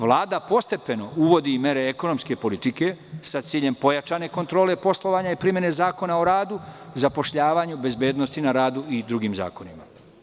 Vlada postepeno uvodi mere ekonomske politike, sa ciljem pojačane kontrole poslovanja i primene Zakona o radu, zapošljavanju, bezbednosti na radu i drugih zakona.